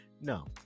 No